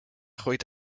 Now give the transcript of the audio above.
groeit